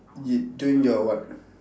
you doing your what